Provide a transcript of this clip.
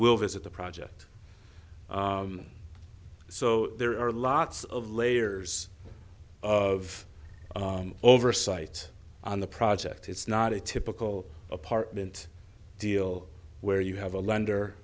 will visit the project so there are lots of layers of oversight on the project it's not a typical apartment deal where you have a lend